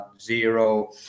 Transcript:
zero